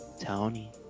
Tony